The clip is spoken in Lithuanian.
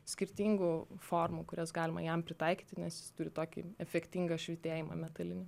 skirtingų formų kurias galima jam pritaikyti nes jis turi tokį efektingą švytėjimą metalinį